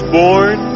born